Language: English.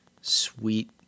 sweet